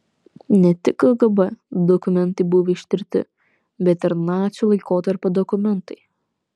ne tik kgb dokumentai buvo ištirti bet ir nacių laikotarpio dokumentai